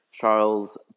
Charles